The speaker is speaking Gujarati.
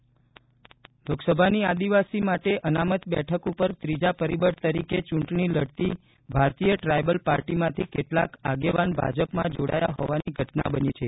બીટીપી ભંગાણ ભાજપ જોડાણ લોકસભાની આદિવાસી માટે અનામત બેઠક ઉપર ત્રીજા પરિબળ તરીકે ચૂંટણી લડતી ભારતીય ટ્રાઇબલ પાર્ટીમાંથી કેટલાંક આગેવાન ભાજપમાં જોડાયા હોવાની ઘટના બની છે